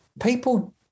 people